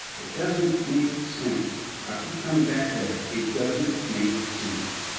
it doesn't make sense. i keep coming back to that. it doesn't make sense.